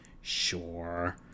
Sure